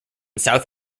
south